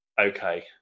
okay